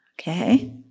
Okay